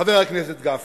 חבר הכנסת גפני?